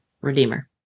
Redeemer